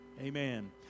Amen